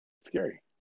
Scary